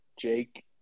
Jake